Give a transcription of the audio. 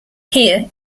here